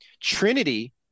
Trinity